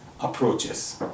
approaches